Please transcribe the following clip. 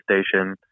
station